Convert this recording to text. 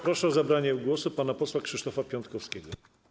Proszę o zabranie głosu pana posła Krzysztofa Piątkowskiego.